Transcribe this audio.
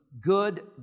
good